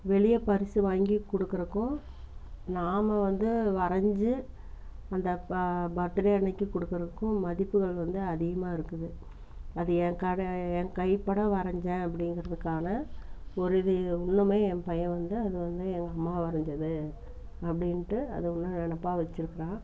வெளியே பரிசு வாங்கி கொடுக்குறக்கும் நாம் வந்து வரைஞ்சு அந்த பர்த்டே அன்னிக்கி கொடுக்குறதுக்கும் மதிப்புகள் வந்து அதிகமாக இருக்குது அது எனக்காக என் கைப்பட வரைஞ்சேன் அப்படிங்கிறதுக்கான ஒரு இது இன்னுமே என் பையன் வந்து அது வந்து எங்கள் அம்மா வரைஞ்சது அப்படின்ட்டு அதை வந்து என் நினப்பா வச்சிருக்குறான்